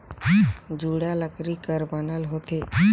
जुड़ा लकरी कर बनल होथे